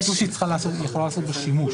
כתוב שהיא יכולה לעשות בו שימוש.